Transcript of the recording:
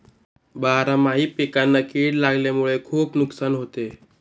बारामाही पिकांना कीड लागल्यामुळे खुप नुकसान होते